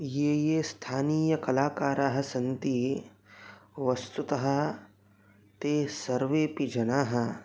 ये ये स्थानीयकलाकाराः सन्ति वस्तुतः ते सर्वेपि जनाः